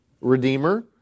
Redeemer